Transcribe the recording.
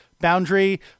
boundary